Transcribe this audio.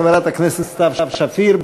חברת הכנסת סתיו שפיר.